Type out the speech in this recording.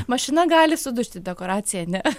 mašina gali sudužti dekoracija ne